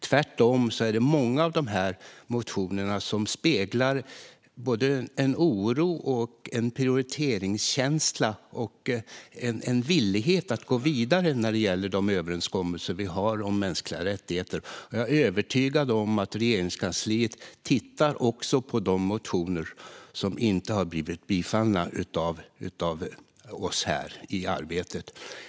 Tvärtom speglar många av dessa motioner såväl en oro och en prioriteringskänsla som en villighet att gå vidare när det gäller de överenskommelser vi har om mänskliga rättigheter. Jag är övertygad om att Regeringskansliet tittar även på de motioner som inte har bifallits av oss här.